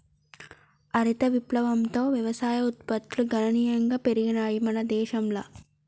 హరిత విప్లవంతో వ్యవసాయ ఉత్పత్తులు గణనీయంగా పెరిగినయ్ మన దేశంల